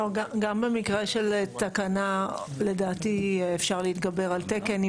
לא, גם במקרה של תקנה, לדעתי אפשר להתגבר על תקן.